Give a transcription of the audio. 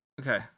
Okay